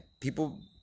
people